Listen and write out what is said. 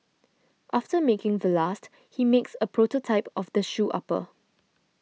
after making the last he makes a prototype of the shoe upper